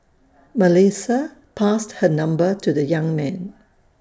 Melissa passed her number to the young man